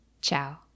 Ciao